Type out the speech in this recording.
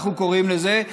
כך אנחנו קוראים לזה,